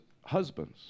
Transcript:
husbands